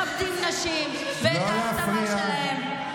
מכבדים נשים ואת ההעצמה שלהן,